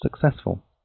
successful